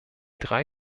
drei